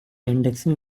indexing